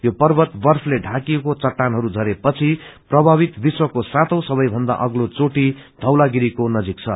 यो पर्वत र्वफले ढ़ाकिएको चट्टानहस् झरे पछि प्रभावित विश्वको सातौ सबैभन्दा अग्लो चोटी चौलागिरीको नजिक छ